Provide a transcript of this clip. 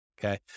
Okay